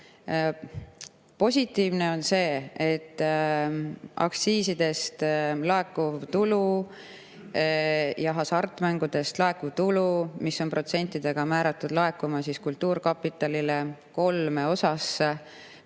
Positiivne on see, et aktsiisidest ja hasartmängudest laekuv tulu, mis on protsentidega määratud laekuma kultuurkapitalile kolme osasse,